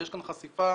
ויש כאן חשיפה